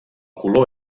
color